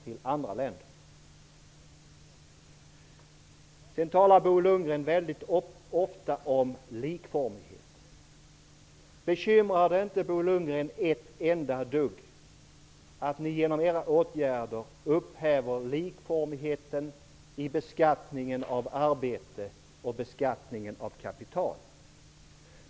Bo Lundgren talar mycket ofta om likformighet. Bekymrar det inte Bo Lundgren ett enda dugg att ni genom era åtgärder upphäver likformigheten i beskattningen av arbete och av kapital?